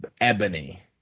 Ebony